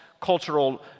cultural